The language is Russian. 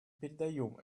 передаем